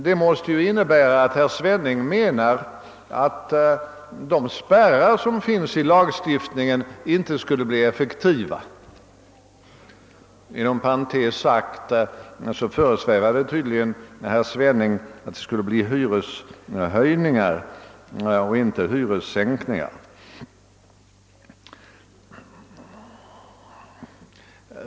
Detta måste ju innebära att herr Svenning menar att de spärrar som föreslogs i lagstiftningen inte skulle vara effektiva. Inom parentes sagt föresvävar det tydligen herr Svenning att följden skall bli hyreshöjningar och inte hyressänkningar.